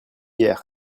hier